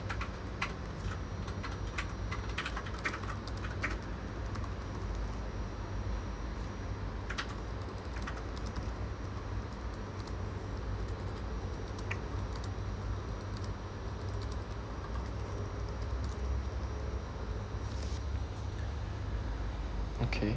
okay